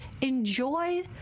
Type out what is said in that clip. enjoy